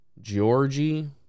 Georgie